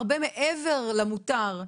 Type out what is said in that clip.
הרבה מעבר למותר,